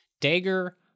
Dagger